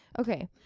okay